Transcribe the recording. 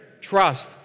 trust